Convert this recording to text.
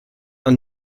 are